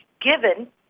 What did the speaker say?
given